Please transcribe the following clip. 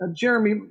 Jeremy